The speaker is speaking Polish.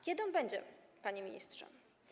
Kiedy on będzie, panie ministrze?